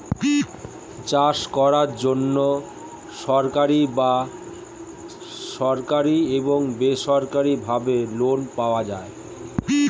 চাষ করার জন্য সরকারি এবং বেসরকারিভাবে লোন পাওয়া যায়